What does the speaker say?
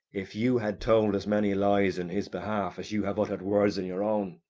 if you had told as many lies in his behalf as you have uttered words in your own,